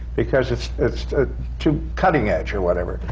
because it's it's ah too cutting-edge or whatever.